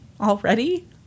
already